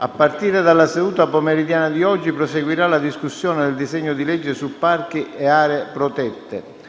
A partire dalla seduta pomeridiana di oggi proseguirà la discussione del disegno di legge su parchi e aree protette.